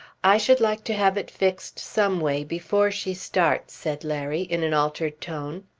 i should like to have it fixed some way before she starts, said larry in an altered tone.